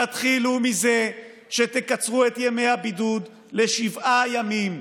תתחילו מזה שתקצרו את ימי הבידוד לשבעה ימים.